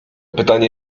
pytanie